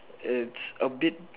it's a bit